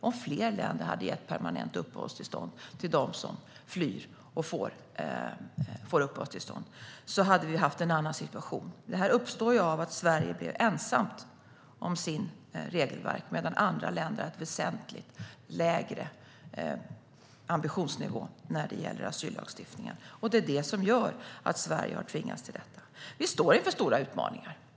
Om fler länder hade gett permanenta uppehållstillstånd till dem som flyr och får uppehållstillstånd hade vi haft en annan situation. Det här uppstod ur att Sverige blev ensamt om sitt regelverk. Andra länder har en väsentligt lägre ambitionsnivå när det gäller asyllagstiftningen, och det är det som gör att Sverige har tvingats till detta. Vi står inför stora utmaningar.